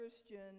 Christian